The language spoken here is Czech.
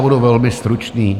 Budu velmi stručný.